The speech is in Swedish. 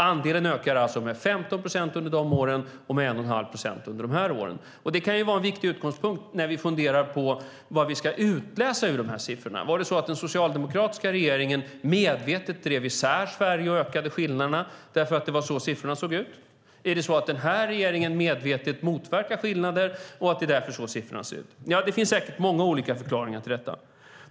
Andelen ökade alltså med 15 procent under de åren och med 1,5 procent under de här åren. Det kan vara en viktig utgångspunkt när vi funderar på vad vi ska utläsa ur siffrorna. Drev den socialdemokratiska regeringen medvetet isär Sverige och ökade skillnaderna - var det därför siffrorna såg ut så? Motverkar den här regeringen medvetet skillnader - är det därför siffrorna ser ut så här? Det finns säkert många olika förklaringar.